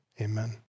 amen